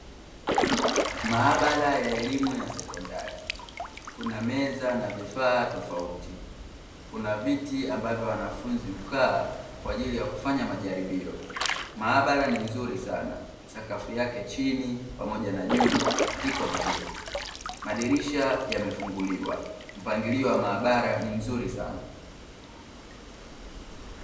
Maabara ya elimu ya sekondari kuna meza na vifaa tofauti, kuna viti ambavyo wanafunzi hukaa kwa ajili ya kufanya majaribio. Maabara ni nzuri sana, sakafu yake chini pamoja na juu iko vizuri, madirisha yamefunguliwa. Mpangilio wa maabara ni mzuri sana.